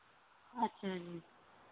ਅੱਛਾ ਜੀ